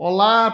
Olá